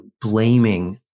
blaming